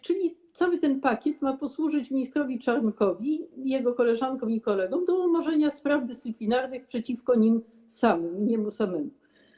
Czyli cały ten pakiet ma posłużyć ministrowi Czarnkowi, jego koleżankom i kolegom do umarzania spraw dyscyplinarnych przeciwko nim samym, jemu samemu.